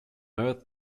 earth